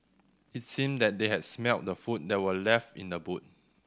it seemed that they had smelt the food that were left in the boot